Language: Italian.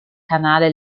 canale